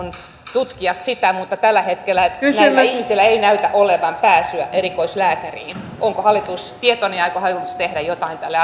tutkia sitä mutta tällä hetkellä näillä ihmisillä ei näytä olevan pääsyä erikoislääkäriin onko hallitus tietoinen tästä ja aikooko hallitus tehdä jotain tälle